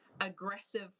aggressive